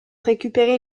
récupérer